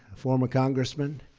former congressman,